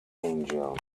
angel